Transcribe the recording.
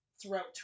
throughout